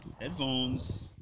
headphones